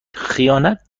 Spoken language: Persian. خیانت